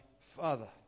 Father